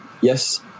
yes